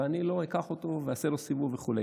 ואני לא אקח אותו ואעשה לו סיבוב וכו'.